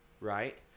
right